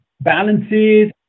balances